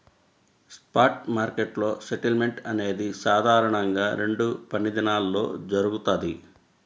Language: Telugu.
స్పాట్ మార్కెట్లో సెటిల్మెంట్ అనేది సాధారణంగా రెండు పనిదినాల్లో జరుగుతది,